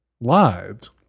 lives